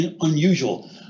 unusual